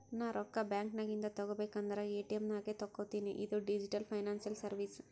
ನಾ ರೊಕ್ಕಾ ಬ್ಯಾಂಕ್ ನಾಗಿಂದ್ ತಗೋಬೇಕ ಅಂದುರ್ ಎ.ಟಿ.ಎಮ್ ನಾಗೆ ತಕ್ಕೋತಿನಿ ಇದು ಡಿಜಿಟಲ್ ಫೈನಾನ್ಸಿಯಲ್ ಸರ್ವೀಸ್